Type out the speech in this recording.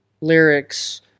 lyrics